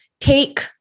take